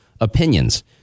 opinions